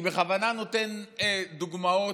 אני בכוונה נותן דוגמאות,